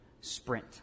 sprint